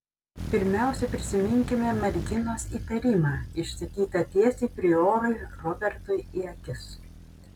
pirmiausia prisiminkime merginos įtarimą išsakytą tiesiai priorui robertui į akis